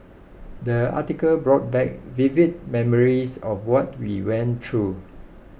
the article brought back vivid memories of what we went through